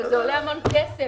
זה עולה המון כסף.